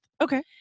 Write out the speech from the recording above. Okay